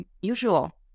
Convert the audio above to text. Usual